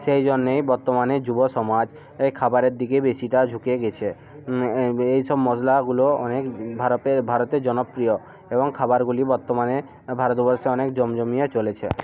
সেই জন্যেই বর্তমানের যুবসমাজ এই খাবারের দিকে বেশিটা ঝুঁকে গিছে এইসব মশলাগুলো অনেক ভারতের ভারতে জনপ্রিয় এবং খাবারগুলি বর্তমানে ভারতবর্ষে অনেক জমজমিয়ে চলেছে